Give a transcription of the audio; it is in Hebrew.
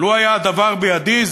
לו היה הדבר בידי,